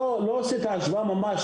אני לא עושה את ההשוואה ממש,